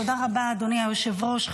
תודה רבה, אדוני היושב-ראש.